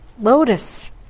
lotus